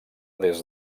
des